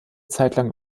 zeitlang